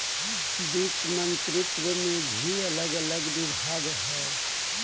वित्त मंत्रित्व में भी अलग अलग विभाग हई